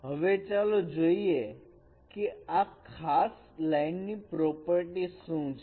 હવે ચાલો જોઈએ કે આ ખાસ લાઈનની પ્રોપર્ટી શું છે